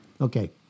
Okay